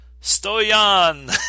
Stoyan